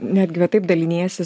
netgi va taip daliniesi